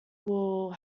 will